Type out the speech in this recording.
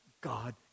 God